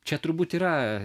čia turbūt yra